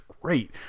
great